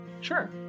Sure